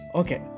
okay